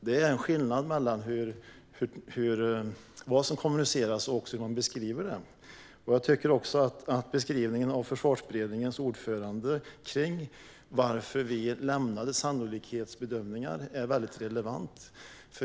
Det är en skillnad mellan vad som kommuniceras och hur man beskriver det. Jag tycker att beskrivningen av Försvarsberedningens ordförande om varför vi lämnade sannolikhetsbedömningar är väldigt relevant.